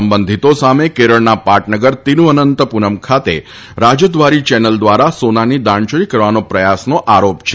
સંબંધીતો સામે કેરળના પાટનગર તિરુઅનંતપુરમ ખાતે રાજદ્વારી ચેનલ દ્વારા સોનાની દાણચોરી કરવાના પ્રયાસનો આરોપ છે